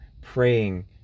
Praying